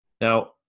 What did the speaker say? Now